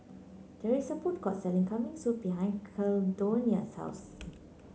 there is a food court selling Kambing Soup behind Caldonia's house